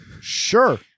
Sure